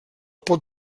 pot